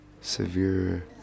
severe